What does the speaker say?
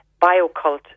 BioCult